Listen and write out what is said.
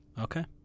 Okay